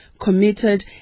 committed